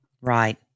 Right